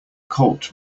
colt